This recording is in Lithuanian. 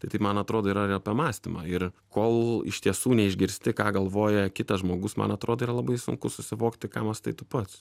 tai taip man atrodo yra ir apie mąstymą ir kol iš tiesų neišgirsti ką galvoja kitas žmogus man atrodo yra labai sunku susivokti ką mąstai tu pats